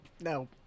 No